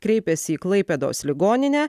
kreipėsi į klaipėdos ligoninę